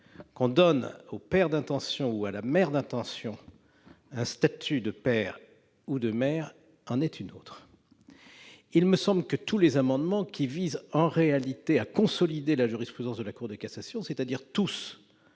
qu'on donne au père d'intention ou à la mère d'intention un statut ou de père ou de mère, c'en est une autre. Il me semble que les amendements visant en réalité à consolider la jurisprudence de la Cour de cassation, c'est-à-dire tous,